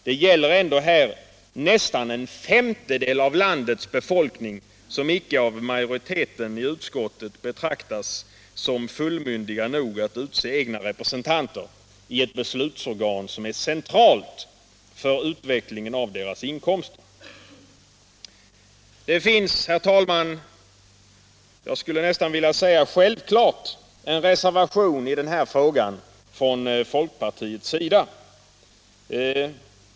Det gäller ändå nästan en femtedel av landets befolkning som av majoriteten i utskottet inte betraktas som fullmyndig nog att utse egna representanter i ett beslutsorgan som är centralt för utvecklingen av deras inkomster. Det finns, jag skulle nästan vilja säga självklart, en reservation i den här frågan från folkpartiet.